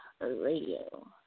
Radio